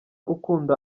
ukunda